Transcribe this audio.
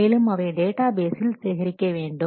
மேலும் அவை டேட்டாபேஸில் சேகரிக்க வேண்டும்